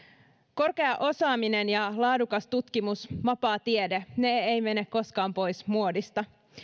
korkea osaaminen ja laadukas tutkimus vapaa tiede ne eivät mene koskaan pois muodista